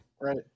Right